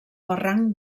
barranc